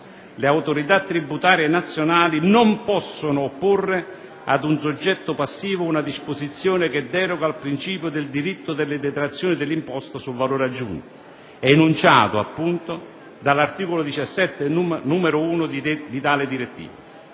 le autorità tributarie nazionali non possono opporre ad un soggetto passivo una disposizione che deroga al principio del diritto delle detrazioni dell'imposta sul valore aggiunto, enunciato appunto dall'articolo 17 numero 1 di tale direttiva.